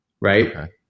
Right